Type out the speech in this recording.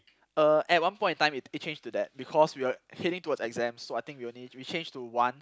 uh at one point of time it it changed to that because we are heading towards exams so I think we only we change to one